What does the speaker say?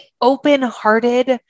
open-hearted